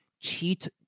Cheat